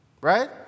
right